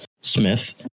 Smith